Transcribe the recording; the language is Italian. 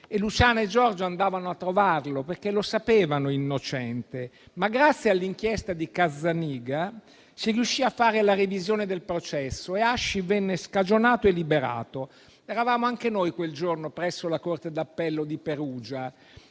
Luciana e Giorgio Alpi andavano a trovarlo, perché lo sapevano innocente. Grazie all'inchiesta di Cazzaniga, si riuscì a fare la revisione del processo e Hashi venne scagionato e liberato. Eravamo anche noi, quel giorno, presso la corte d'appello di Perugia